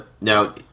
now